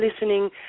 listening